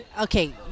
Okay